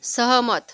सहमत